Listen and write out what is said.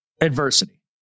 adversity